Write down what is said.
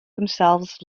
themselves